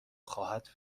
خواهد